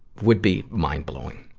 would be mind-blowing.